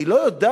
היא לא יודעת